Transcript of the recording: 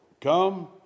come